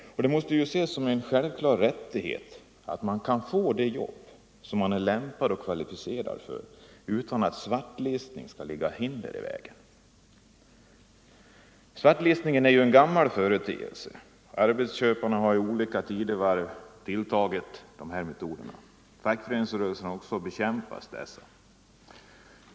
Det måste anses vara en självklar rättighet att man kan få det jobb som man är lämpad och kvalificerad för utan att svartlistning lägger hinder i vägen. Svartlistningen är en gammal företeelse. Arbetsköparna har i olika tider tillgripit denna metod, och fackföreningsrörelsen har bekämpat den.